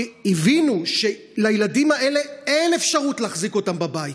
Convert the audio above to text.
כי הבינו שאת הילדים האלה אין אפשרות להחזיק בבית.